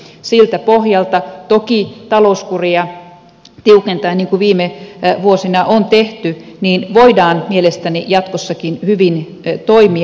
siltä pohjalta toki talouskuria tiukentaen niin kuin viime vuosina on tehty voidaan mielestäni jatkossakin hyvin toimia